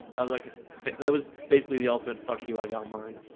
i like it. but that was basically the ultimate fuck you i got mine